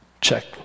Check